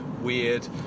weird